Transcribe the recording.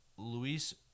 Luis